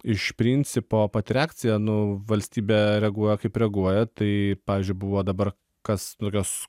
iš principo pati reakcija nu valstybė reaguoja kaip reaguoja tai pavyzdžiui buvo dabar kas tokios